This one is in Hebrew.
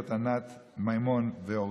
מאוזן ונכון בנוגע לדחיית מועד הפרישה של הורה שילדו